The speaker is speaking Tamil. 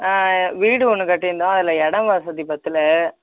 ஆ வீடு ஒன்று கட்டி இருந்தோம் அதில் இட வசதி பற்றல